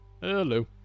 Hello